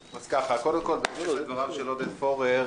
קודם כול בקשר לדבריו של עודד פורר,